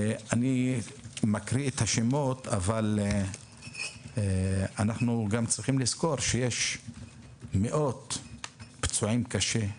אני מקריא את השמות אבל אנחנו צריכים לזכור שיש מאות פצועים קשה,